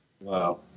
Wow